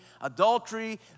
adultery